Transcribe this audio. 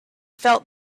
felt